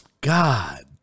God